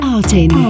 Artin